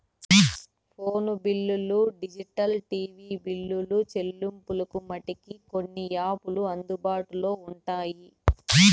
phone బిల్లులు digital TV బిల్లులు సెల్లింపులకు మటికి కొన్ని యాపులు అందుబాటులో ఉంటాయి